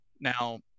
Now